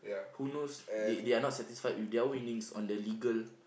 who knows they they are not satisfied with their winnings on the legal